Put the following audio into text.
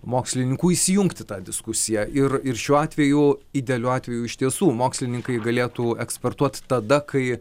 mokslininkų įsijungt į tą diskusiją ir ir šiuo atveju idealiu atveju iš tiesų mokslininkai galėtų ekspertuot tada kai